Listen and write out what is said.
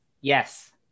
Yes